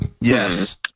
Yes